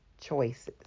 choices